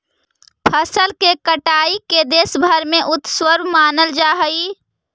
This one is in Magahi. फसल के कटाई के देशभर में उत्सव मनावल जा हइ